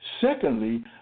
Secondly